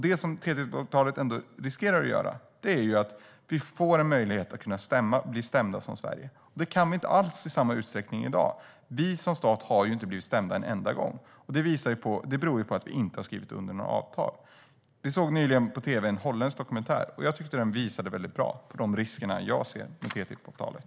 Det som TTIP-avtalet riskerar att innebära är att vi i Sverige kan riskera att bli stämda. Det kan vi inte alls i samma utsträckning i dag. Vi som stat har ju inte blivit stämda en enda gång, och det beror på att vi inte har skrivit under några avtal. Vi kunde nyligen se en holländsk dokumentär på tv, och jag tycker att den visade väldigt bra på de risker som jag ser med TTIP-avtalet.